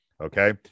okay